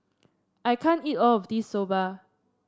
I can't eat all of this Soba